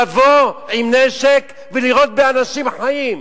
לבוא עם נשק ולירות באנשים חיים?